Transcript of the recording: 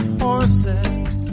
horses